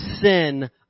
sin